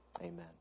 Amen